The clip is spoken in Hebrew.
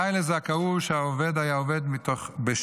תנאי לזכאות הוא שהעובד היה עובד בשישה